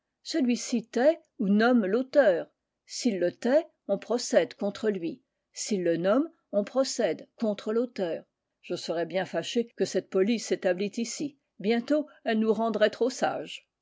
celui-ci tait ou nomme l'auteur s'il le tait on procède contre lui s'il le nomme on procède contre l'auteur je serais bien fâché que cette police s'établît ici bientôt elle nous rendrait trop sages